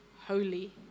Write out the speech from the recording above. holy